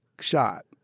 shot